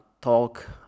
talk